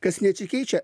kas nesikeičia